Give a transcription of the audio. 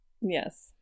Yes